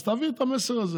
אז תעביר את המסר הזה,